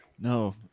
No